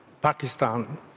Pakistan